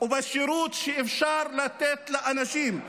ובשירות שאפשר לתת לאנשים.